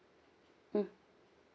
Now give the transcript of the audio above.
mm